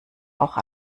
auch